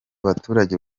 abaturage